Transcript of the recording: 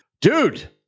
Dude